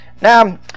Now